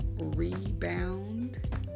Rebound